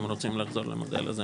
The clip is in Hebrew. אם רוצים לחזור למודל הזה,